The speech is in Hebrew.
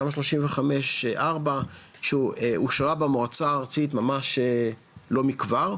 תמ"א 35/ 4 שאושרה במועצה הארצית ממש לא מכבר.